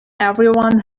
everyone